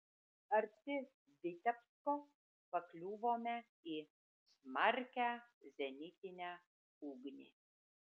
arti vitebsko pakliuvome į smarkią zenitinę ugnį